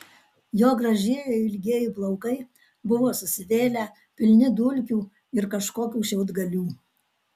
jo gražieji ilgieji plaukai buvo susivėlę pilni dulkių ir kažkokių šiaudgalių